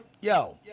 yo